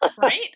Right